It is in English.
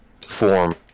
form